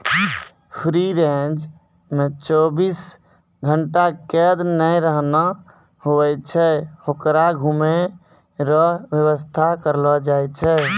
free range मे चौबीस घंटा कैद नै रहना हुवै छै होकरो घुमै रो वेवस्था करलो जाय छै